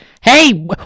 Hey